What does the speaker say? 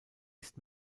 ist